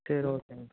சரி ஓகேண்ணா